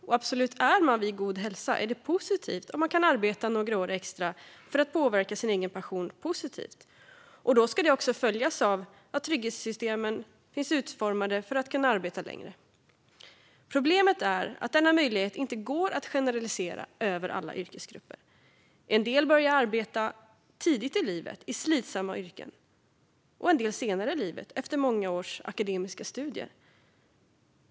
Och - absolut - är man vid god hälsa är det positivt att man kan arbeta några år extra för att påverka sin egen pension positivt. Då ska det också följas av att det finns trygghetssystem som är utformade för att man ska kunna arbeta längre. Problemet är att denna möjlighet inte går att generalisera över alla yrkesgrupper. En del börjar arbeta tidigt i livet, i slitsamma yrken, och en del börjar arbeta senare i livet efter många års akademiska studier.